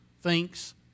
thinks